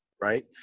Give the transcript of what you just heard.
Right